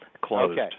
closed